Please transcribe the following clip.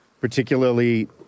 particularly